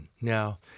now